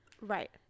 right